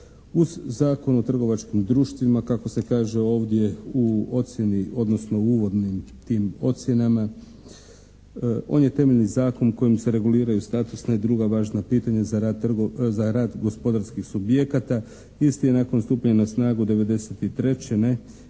Uz Zakon o trgovačkim društvima kako se kaže ovdje u ocjeni odnosno uvodnim tim ocjenama. On je temeljni zakon kojim se reguliraju statusna i druga važna pitanja za rad gospodarskih subjekata. Isti je nakon stupanja na snagu 1993.,